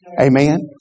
Amen